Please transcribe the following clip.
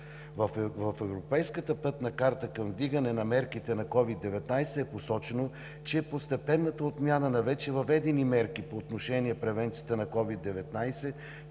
В Европейската пътна карта към вдигане на мерките за COVID-19 е посочено, че постепенната отмяна на вече въведени мерки по отношение превенцията на COVID-19